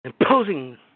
imposing